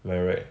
am I right